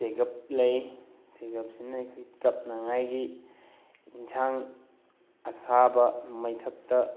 ꯆꯦꯒꯞ ꯂꯩ ꯆꯦꯒꯞꯁꯤꯅ ꯑꯩꯈꯣꯏ ꯆꯞꯅꯉꯥꯏꯒꯤ ꯏꯟꯁꯥꯡ ꯑꯁꯥꯕ ꯃꯩꯊꯛꯇ